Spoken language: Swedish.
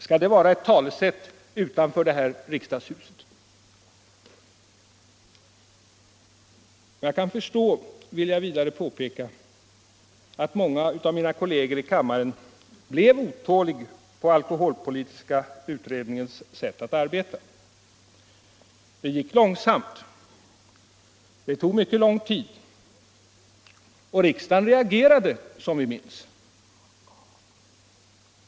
Skall det vara ett talesätt utanför riksdagshuset? Jag kan förstå, vill jag vidare påpeka, att många av mina kolleger i kammaren blir otåliga på alkoholpolitiska utredningens sätt att arbeta. Det gick långsamt, det tog mycket lång tid, och riksdagen reagerade, som vi minns.